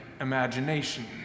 imagination